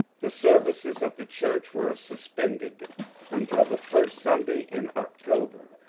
the services of the church were suspended until the first sunday in october,